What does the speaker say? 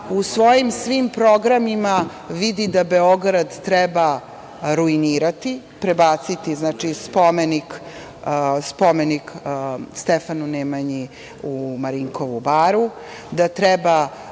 u svojim svim programima vidi da Beograd treba ruinirati, prebaciti spomenik Stefanu Nemanji u Marinkovu baru, da treba